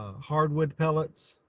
ah hard wood pellets